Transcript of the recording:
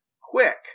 quick